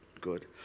Good